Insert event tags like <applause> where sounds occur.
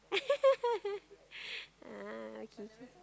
<laughs> ah okay okay